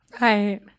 Right